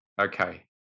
Okay